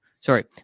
Sorry